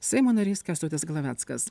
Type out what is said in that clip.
seimo narys kęstutis glaveckas